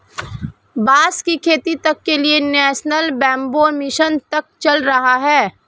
बांस की खेती तक के लिए नेशनल बैम्बू मिशन तक चल रहा है